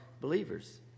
believers